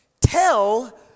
Tell